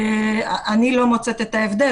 אני לא מוצאת את ההבדל,